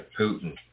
Putin